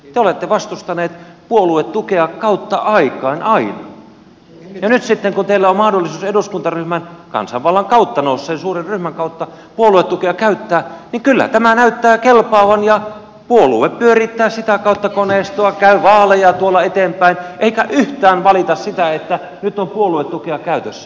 te olette vastustaneet puoluetukea kautta aikain aina ja nyt sitten kun teillä on mahdollisuus eduskuntaryhmän kansanvallan kautta nousseen suuren ryhmän kautta puoluetukea käyttää niin kyllä tämä näyttää kelpaavan ja puolue pyörittää sitä kautta koneistoa käy vaaleja tuolla eteenpäin eikä yhtään valita sitä että nyt on puoluetukea käytössä